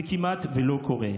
זה כמעט ולא קורה.